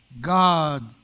God